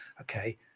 okay